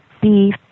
beef